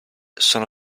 sono